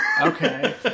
okay